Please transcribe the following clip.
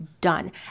done